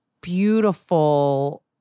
beautiful